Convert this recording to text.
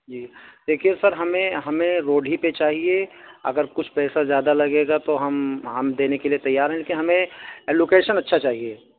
جی دیکھیے سر ہمیں ہمیں روڈ ہی پے چاہیے اگر کچھ پیسہ زیادہ لگے گا تو ہم ہم دینے کے لیے تیار ہیں لیکن ہمیں لوکیشن اچھا چاہیے